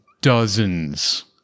dozens